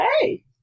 Hey